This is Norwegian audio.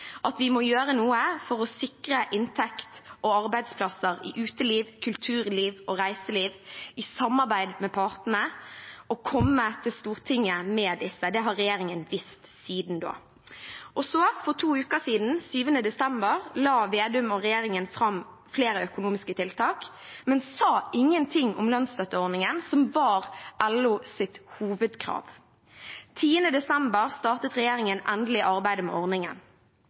at vi må gjøre noe for å sikre inntekter og arbeidsplasser i uteliv, kulturliv og reiseliv, i samarbeid med partene, og komme til Stortinget med det. Det har regjeringen visst siden da. For to uker siden, 7. desember, la statsråd Vedum og regjeringen fram flere økonomiske tiltak, men sa ingenting om lønnsstøtteordningen, som var LOs hovedkrav. Den 10. desember startet regjeringen endelig arbeidet med ordningen.